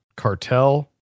cartel